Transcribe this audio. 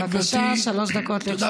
בבקשה, שלוש דקות לרשות.